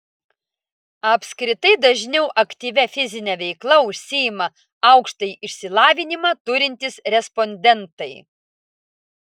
apskritai dažniau aktyvia fizine veikla užsiima aukštąjį išsilavinimą turintys respondentai